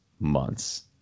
months